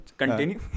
continue